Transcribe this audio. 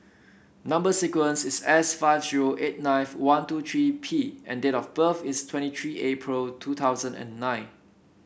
number sequence is S five zero eight ninth one two three P and date of birth is twenty three April two thousand and nine